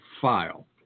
file